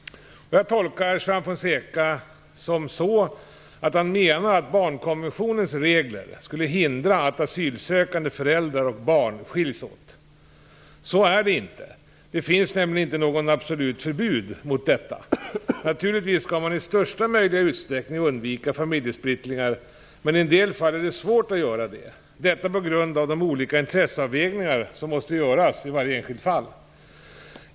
Jag tolkar Juan Fonseca så att han menar att barnkonventionens regler skulle hindra att asylsökande föräldrar och barn skiljs åt. Så är det inte; det finns nämligen inte något absolut förbud mot detta. Naturligtvis skall man i största möjliga utsträckning undvika familjesplittringar, men i en del fall är det svårt att göra det, detta på grund av de olika intresseavvägningar som måste göras i varje enskilt fall.